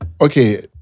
Okay